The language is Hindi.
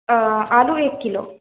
आलू एक किलो